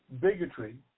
bigotry